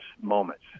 moments